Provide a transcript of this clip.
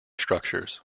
structures